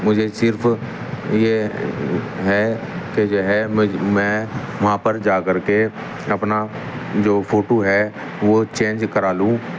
مجھے صرف یہ ہے کہ جو ہے مجھ میں وہاں پر جا کر کے اپنا جو فوٹو ہے وہ چینج کرا لوں